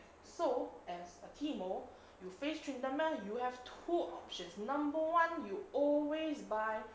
so as a teemo you face tryndamere you have two options number one you always buy